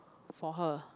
for her